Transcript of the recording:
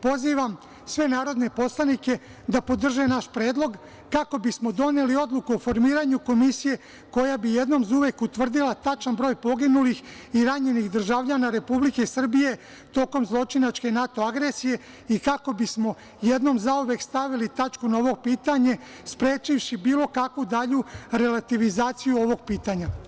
Pozivam sve narodne poslanike da podrže naš predlog, kako bismo doneli odluku o formiranju komisije koja bi jednom zauvek utvrdila tačan broj poginulih i ranjenih državljana Republike Srbije tokom zločinačke NATO agresije i kako bismo jednom zauvek stavili tačku na ovo pitanje, sprečivši bilo kakvu dalju relativizaciju ovog pitanja.